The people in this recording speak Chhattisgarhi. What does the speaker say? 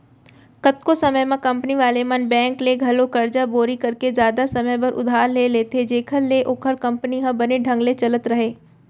कतको समे म कंपनी वाले मन बेंक ले घलौ करजा बोड़ी करके जादा समे बर उधार ले लेथें जेखर ले ओखर कंपनी ह बने ढंग ले चलत राहय